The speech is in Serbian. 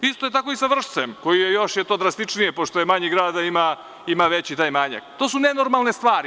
Isto je tako i sa Vršcem koji je još je to drastičnije pošto je manji a ima veći taj manjak, to su nenormalne stvari.